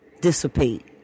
dissipate